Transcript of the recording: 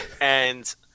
and-